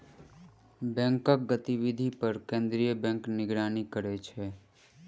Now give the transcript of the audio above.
बैंकक गतिविधि पर केंद्रीय बैंक निगरानी करै छै